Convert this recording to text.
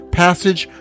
passage